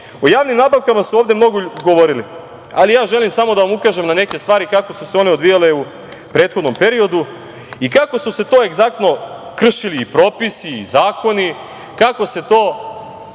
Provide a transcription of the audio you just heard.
u javnim nabavkama su ovde mnogo govorili, ali ja želim samo da vam ukažem na neke stvari kako su se one odvijale u prethodnom periodu i kako su se to egzaktno kršili propisi i zakoni, kao se to